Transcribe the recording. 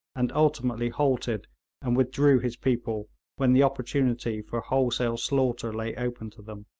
and ultimately halted and withdrew his people when the opportunity for wholesale slaughter lay open to them.